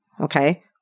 Okay